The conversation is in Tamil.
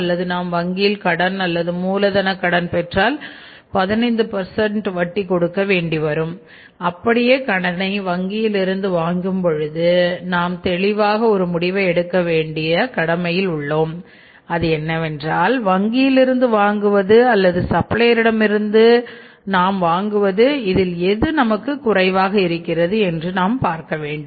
அல்லது நாம் வங்கியில் கடன் அல்லது மூலதன கடன்பெற்றால் 15 வட்டி கொடுக்க வேண்டி வரும் அப்படியே கடனை வங்கியில் இருந்து வாங்கும் பொழுது நாம் தெளிவாக ஒரு முடிவை எடுக்க கடமைப்பட்டிருக்கிறோம் அது என்னவென்றால் வங்கியிலிருந்து வாங்குவது அல்லது சப்ளையர் இடமிருந்து நாம் வாங்குவது இதில் எது நமக்கு குறைவாக இருக்கிறது என்று நாம் பார்க்க வேண்டும்